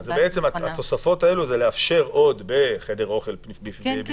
אז בעצם התוספות זה לאפשר אכילה בחדר אוכל ובחוץ,